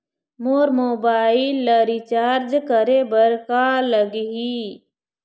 मोर mobile ला recharge करे बर का लगही?